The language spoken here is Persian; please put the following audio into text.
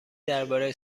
درباره